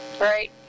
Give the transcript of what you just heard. Right